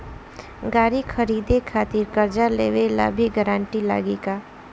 गाड़ी खरीदे खातिर कर्जा लेवे ला भी गारंटी लागी का?